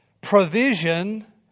provision